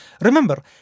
Remember